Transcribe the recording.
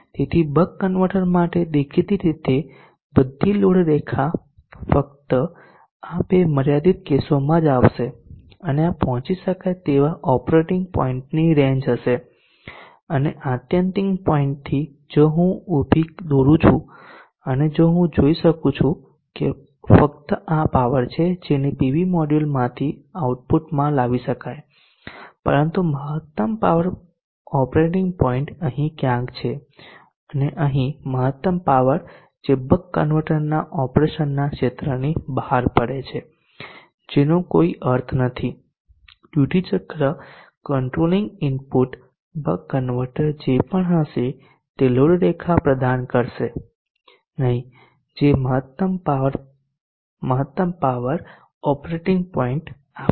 તેથી buck converter માટે દેખીતી રીતે બધી લોડ રેખા ફક્ત આ બે મર્યાદિત કેસોમાં જ આવશે અને આ પહોંચી શકાય તેવા ઓપરેટિંગ પોઇન્ટની રેંજ હશે અને આત્યંતિક પોઈન્ટથી જો હું ઊભી દોરું છું અને હું જોઈ શકું છું કે ફક્ત આ પાવર છે જેને પીવી મોડ્યુલમાંથી આઉટપુટમાં લાવી શકાય પરંતુ મહત્તમ પાવર ઓપરેટિંગ પોઈન્ટ અહીં ક્યાંક છે અને અહીં મહત્તમ પાવર જે બક કન્વર્ટરના ઓપરેશનના ક્ષેત્રની બહાર પડે છે જેનો કોઈ અર્થ નથી ડ્યુટી ચક્ર કંટ્રોલિંગ ઇનપુટ બક કન્વર્ટર જે પણ હશે તે લોડ રેખા પ્રદાન કરશે નહીં જે મહત્તમ પાવર ઓપરેટિંગ પોઇન્ટ આપશે